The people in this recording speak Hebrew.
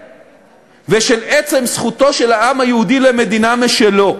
ושל עצם זכותו של העם היהודי למדינה משלו.